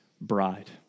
bride